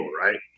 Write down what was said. right